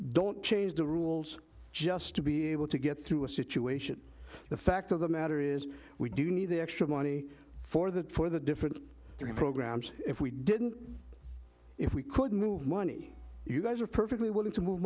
don't change the rules just to be able to get through a situation the fact of the matter is we do need the extra money for that for the different programs if we didn't if we could move money you guys are perfectly willing to move